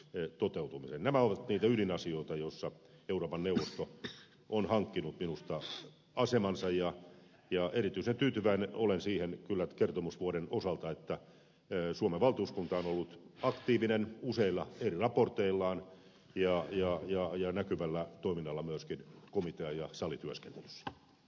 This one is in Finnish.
nämä ovat niitä ydinasioita joissa euroopan neuvosto on hankkinut minusta asemansa ja erityisen tyytyväinen olen kyllä kertomusvuoden osalta siihen että suomen valtuuskunta on ollut aktiivinen useilla eri raporteillaan ja näkyvällä toiminnalla myöskin komitea ja salityöskentelyssä